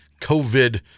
COVID